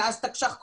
מאז תקש"ח קורונה,